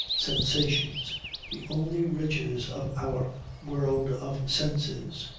sensations the only riches of our world of senses.